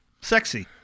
Sexy